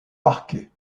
parquet